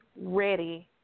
ready